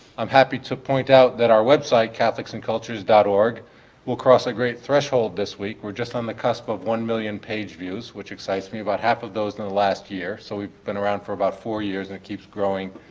i'm happy to point out that our website, catholicsandcultures dot org will cross a great threshold this week. we're just on the cusp of one million page views, which excites me, about half of those in the last year. so we've been around for about four years and it keeps growing,